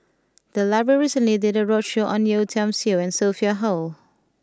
the library recently did a roadshow on Yeo Tiam Siew and Sophia Hull